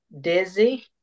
dizzy